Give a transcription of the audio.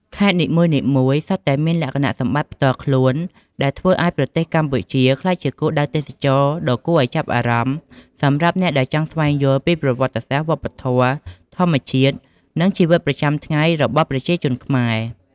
ខេត្តនីមួយៗសុទ្ធតែមានលក្ខណៈសម្បត្តិផ្ទាល់ខ្លួន ដែលធ្វើឱ្យប្រទេសកម្ពុជាក្លាយជាគោលដៅទេសចរណ៍ដ៏គួរឱ្យចាប់អារម្មណ៍សម្រាប់អ្នកដែលចង់ស្វែងយល់ពីប្រវត្តិសាស្ត្រ វប្បធម៌ ធម្មជាតិ និងជីវិតប្រចាំថ្ងៃរបស់ប្រជាជនខ្មែរ។